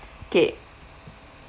okay